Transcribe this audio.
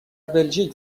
بلژیک